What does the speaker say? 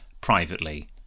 privately